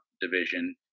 division